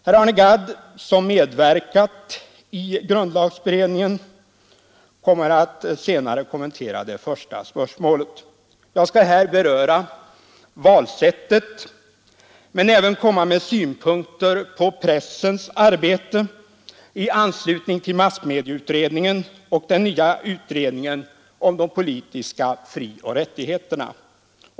Herr Gadd, som medverkat i grundlag beredningen, kommer senare att kommentera det första spörsmålet. Jag skall här beröra valsättet men även komma med synpunkter på pressens arbete i anslutning till massmedieutredningen och den nya utredningen om de politiska frioch rättigheterna.